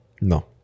No